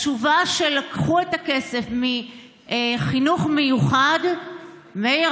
התשובה שלקחו את הכסף מחינוך מיוחד מאיר,